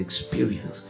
experience